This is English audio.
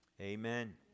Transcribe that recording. Amen